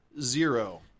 zero